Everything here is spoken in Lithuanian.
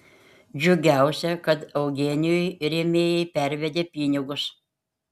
džiugiausia kad eugenijui rėmėjai pervedė pinigus